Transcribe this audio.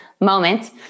moment